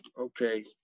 Okay